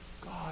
God